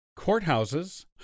courthouses